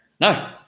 No